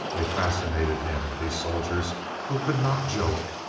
they fascinated him, these soldiers who could not joke.